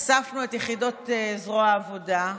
אספנו את יחידות זרוע העבודה,